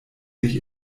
sich